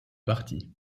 parti